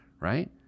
right